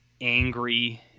angry